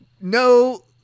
No